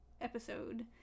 episode